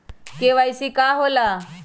KYC का होला?